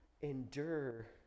endure